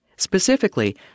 Specifically